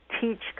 teach